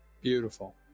Beautiful